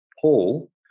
Paul